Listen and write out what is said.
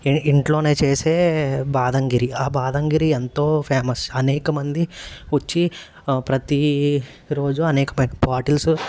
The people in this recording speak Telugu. ఏ ఇంట్లోనే చేసే బాదం గిరి ఆ బాదం గిరి ఎంతో ఫేమస్ అనేకమంది వచ్చి ప్రతీ రోజు అనేకమైన బాటిల్సు